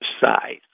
size